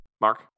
Mark